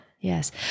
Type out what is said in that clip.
Yes